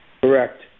Correct